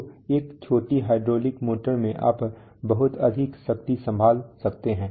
तो एक छोटी हाइड्रोलिक मोटर में आप बहुत अधिक शक्ति संभाल सकते हैं